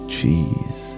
cheese